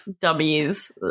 dummies